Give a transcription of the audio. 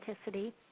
authenticity